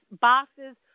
boxes